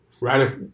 right